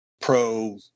Pro